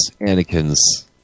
Anakin's